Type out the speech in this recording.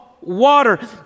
water